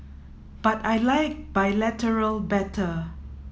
but I like bilateral better